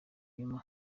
inyuma